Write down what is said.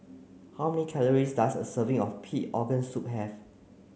how many calories does a serving of pig organ soup have